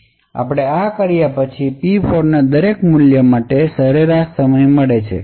આપણે આ કર્યા પછી P4 ના દરેક મૂલ્ય માટે સરેરાશ સમય મળે છે